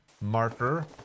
marker